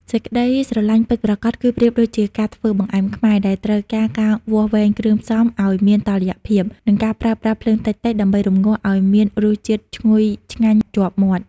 សេចក្ដីស្រឡាញ់ពិតប្រាកដគឺប្រៀបដូចជាការធ្វើបង្អែមខ្មែរ ដែលត្រូវការការវាស់វែងគ្រឿងផ្សំឱ្យមានតុល្យភាព និងការប្រើប្រាស់ភ្លើងតិចៗដើម្បីរម្ងាស់ឱ្យមានរសជាតិឈ្ងុយឆ្ងាញ់ជាប់មាត់។